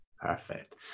perfect